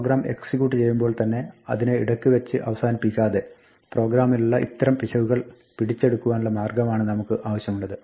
programme execute ചെയ്യുമ്പോൾ തന്നെ അതിനെ ഇടയ്ക്ക് വെച്ച് അവസാനിപ്പിക്കാതെ പ്രോഗ്രാമിലുള്ള ഇത്തരം പിശകുകൾ പിടിച്ചെടുക്കുവാനുള്ള മാർഗ്ഗമാണ് നമുക്ക് ആവശ്യമുള്ളത്